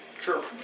Sure